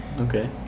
Okay